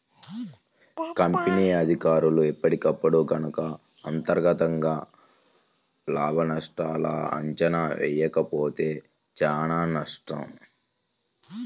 company అధికారులు ఎప్పటికప్పుడు గనక అంతర్గతంగా లాభనష్టాల అంచనా వేసుకోకపోతే చానా కష్టం